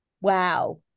Wow